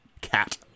cat